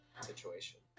situation